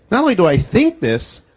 not only do i think this,